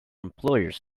employers